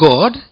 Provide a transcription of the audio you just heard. God